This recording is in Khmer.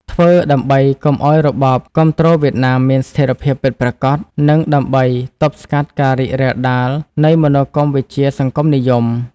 ធ្វើដើម្បីកុំឱ្យរបបគាំទ្រវៀតណាមមានស្ថិរភាពពិតប្រាកដ និងដើម្បីទប់ស្កាត់ការរីករាលដាលនៃមនោគមវិជ្ជាសង្គមនិយម។